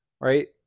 right